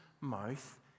mouth